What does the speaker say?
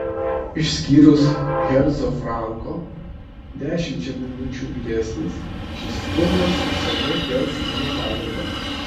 išskyrus herco franko dešimčia minučių vyresnis šis filmas visada kels mano pagarbą